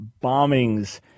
bombings